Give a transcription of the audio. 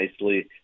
nicely